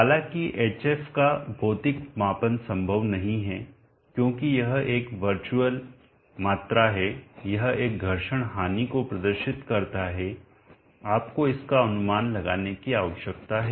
हालांकि hf का भौतिक मापन संभव नहीं है क्योंकि यह एक वर्चुअल virtual आभासी मात्रा है यह एक घर्षण हानि को प्रदर्शित करता है आपको इसका अनुमान लगाने की आवश्यकता है